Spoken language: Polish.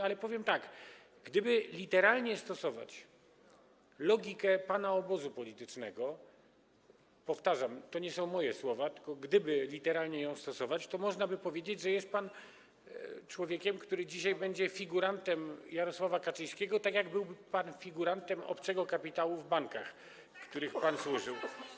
Ale powiem tak: gdyby literalnie stosować logikę pana obozu politycznego, powtarzam, to nie są moje słowa, tylko gdyby literalnie ją stosować, to można by powiedzieć, że jest pan człowiekiem, który dzisiaj będzie figurantem Jarosława Kaczyńskiego, tak jak byłby pan figurantem obcego kapitału w bankach, w których pan służył.